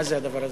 מה זה הדבר הזה?